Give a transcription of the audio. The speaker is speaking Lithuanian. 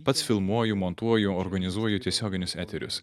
pats filmuoju montuoju organizuoju tiesioginius eterius